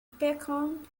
bacon